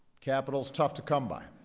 capital is tough to come by,